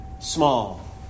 small